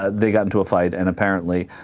ah they got into a fight and apparently